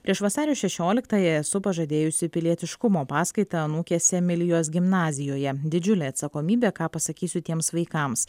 prieš vasario šešioliktąją esu pažadėjusi pilietiškumo paskaitą anūkės emilijos gimnazijoje didžiulė atsakomybė ką pasakysiu tiems vaikams